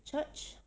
church